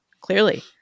Clearly